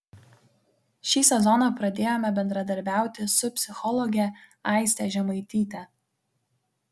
šį sezoną pradėjome bendradarbiauti su psichologe aiste žemaityte